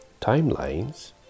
timelines